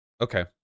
okay